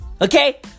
Okay